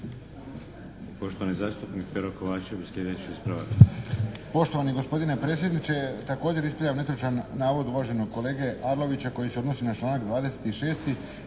Poštovani zastupnik Pero Kovačević, sljedeći ispravak.